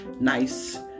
nice